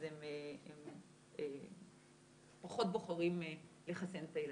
אז הם פחות בוחרים לחסן את הילדים.